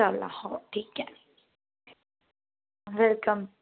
चला हो ठीक आहे वेलकम